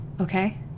okay